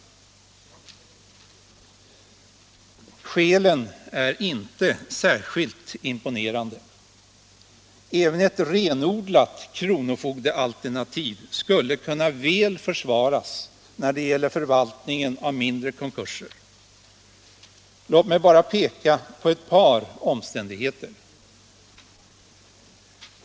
Skälen är inte särskilt imponerande. Även ett renodlat kronofogdealternativ skulle kunna väl försvaras när det gäller förvaltningen av mindre konkurser. Låt mig bara peka på ett par omständigheter.